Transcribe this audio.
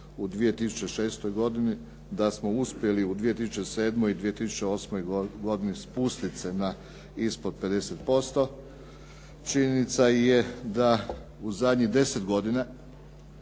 u 2006. godini, da smo uspjeli u 2007. i 2008. godini spustiti se ispod 50%. Činjenica je da u zadnjih 10 godina